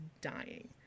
dying